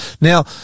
Now